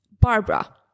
Barbara